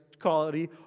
quality